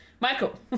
Michael